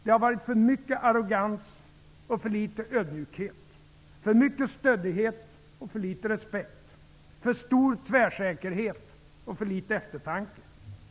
Det har varit för mycket arrogans och för litet ödmjukhet, för mycket stöddighet och för litet respekt, för stor tvärsäkerhet och för litet eftertanke.